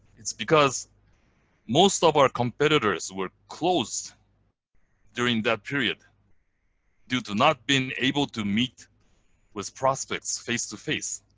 it's because most of our competitors were closed during that period due to not been able to meet with prospects face to face.